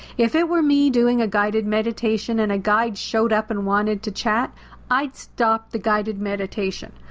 if it were me doing a guided meditation and a guide showed up and wanted to chat i'd stop the guided meditation.